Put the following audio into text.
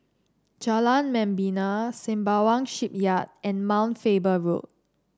Jalan Membina Sembawang Shipyard and Mount Faber Road